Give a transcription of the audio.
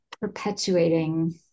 perpetuating